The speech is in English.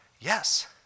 yes